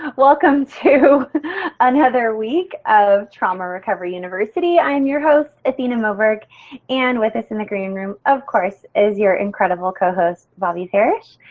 welcome to another week of trauma recovery university. i'm your host athena moberg and with us in the green room of course is your incredible co-host bobbi parish.